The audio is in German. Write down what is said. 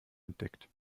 entdeckt